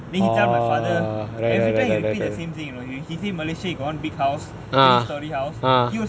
then he tell my father everytime he repeat the same thing you know he say malaysia he got one big house three storey house he will